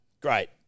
great